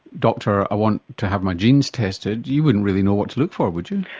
doctor, i want to have my genes tested, you wouldn't really know what to look for, would you?